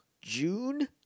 june